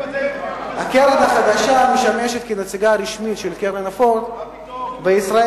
הקרן החדשה משמשת נציגה רשמית של קרן פורד בישראל.